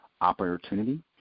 opportunity